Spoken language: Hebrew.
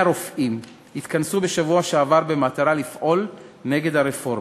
רופאים התכנסו בשבוע שעבר במטרה לפעול נגד הרפורמה.